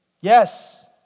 Yes